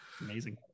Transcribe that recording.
Amazing